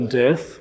death